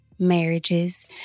marriages